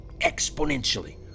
exponentially